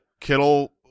Kittle